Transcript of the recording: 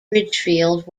ridgefield